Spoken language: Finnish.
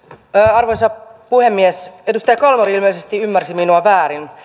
arvoisa puhemies edustaja kalmari ilmeisesti ymmärsi minua väärin